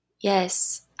Yes